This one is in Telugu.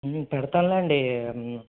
పెడతాను లేండి